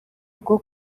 bwo